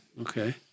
Okay